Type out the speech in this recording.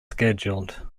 scheduled